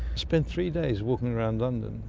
spent three days walking around london.